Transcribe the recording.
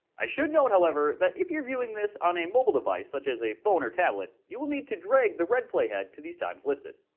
i should note, however, that if you're viewing this on a mobile device, such as a phone or tablet, you will need to drag the red playhead to these times listed.